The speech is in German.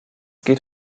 geht